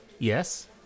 Yes